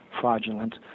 fraudulent